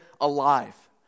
alive